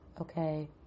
okay